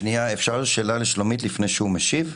אפשר לשאלה לשלומית לפני שהוא משיב?